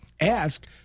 ask